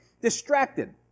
distracted